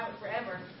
forever